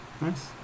Nice